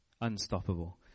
Unstoppable